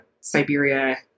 Siberia